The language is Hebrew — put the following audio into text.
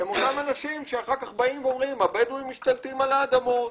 הם אותם אנשים שאחר כך באים ואומרים שהבדואים משתלטים על האדמות.